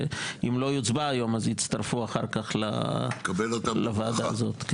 ואם לא תתקיים הצבעה היום אז תצטרפנה אחר כך לוועדה הזאת.